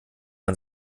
man